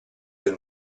del